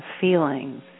feelings